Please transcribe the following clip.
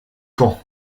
caen